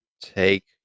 take